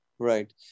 Right